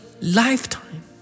lifetime